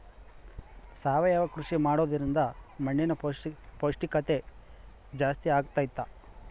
ಸಾವಯವ ಕೃಷಿ ಮಾಡೋದ್ರಿಂದ ಮಣ್ಣಿನ ಪೌಷ್ಠಿಕತೆ ಜಾಸ್ತಿ ಆಗ್ತೈತಾ?